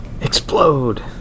Explode